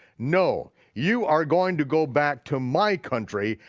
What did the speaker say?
no, you are going to go back to my country,